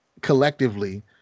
collectively